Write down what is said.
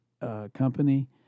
company